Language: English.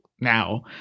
now